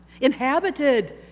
inhabited